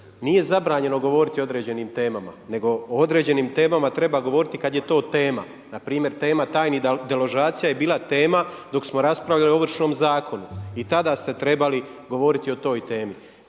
temama nego o određenim temama, nego o određenim temama treba govoriti kada je to tema. Na primjer tema tajnih deložacija je bila tema dok smo raspravljali o Ovršnom zakonu. I tada ste trebali govoriti o toj temi.